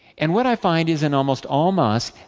and what i find is, in almost all mosques,